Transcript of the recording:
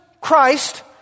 Christ